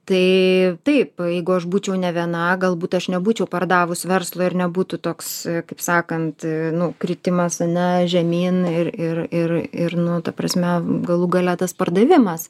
tai taip jeigu aš būčiau ne viena galbūt aš nebūčiau pardavus verslo ir nebūtų toks kaip sakant nu kritimas ane žemyn ir ir ir ir nu ta prasme galų gale tas pardavimas